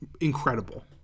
incredible